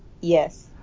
Yes